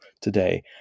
today